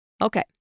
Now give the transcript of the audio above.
Okay